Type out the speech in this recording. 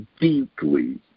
deeply